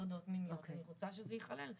הטרדות מיניות ואני רוצה שזה ייכלל.